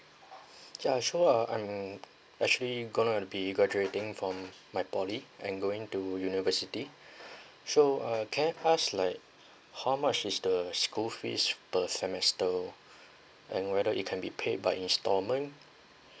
ya sure uh I'm actually gonna be graduating from my poly and going to university so uh can I ask like how much is the school fees per semester and whether it can be paid by installment